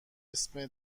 اسم